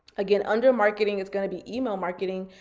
again, under marketing it's gonna be email marketing.